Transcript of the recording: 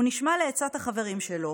הוא נשמע לעצת החברים שלו,